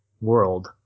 world